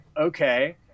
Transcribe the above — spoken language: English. okay